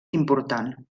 important